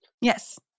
Yes